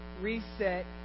reset